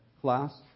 class